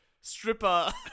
stripper